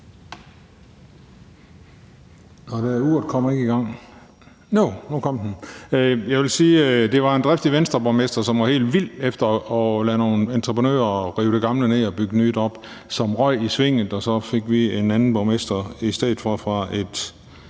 det var en driftig Venstreborgmester, der var helt vild efter at lade nogle entreprenører rive det gamle ned og bygge nyt op, som røg i svinget, og så fik vi en anden borgmester i stedet for fra et